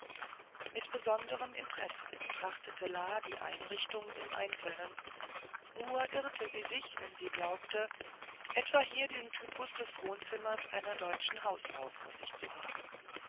mit besonderem interesse betrachtete la die einrichtung im einzelnen nur irrte sie sich wenn sie glaubte etwa hier den typus des wohnzimmers einer deutschen hausfrau vor sich zu haben